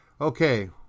okay